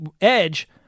edge